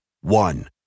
One